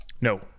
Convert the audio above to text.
No